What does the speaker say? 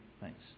Thanks